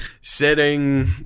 sitting